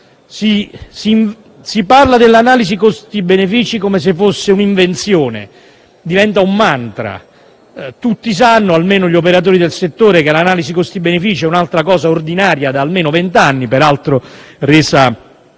Si parla dell'analisi costi-benefici come se fosse un'invenzione e diventa un mantra. Tutti - o almeno gli operatori del settore - sanno che l'analisi costi-benefici è un'altra cosa ordinaria da almeno vent'anni, peraltro resa